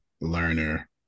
learner